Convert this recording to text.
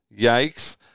Yikes